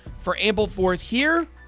for ampleforth here,